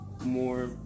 more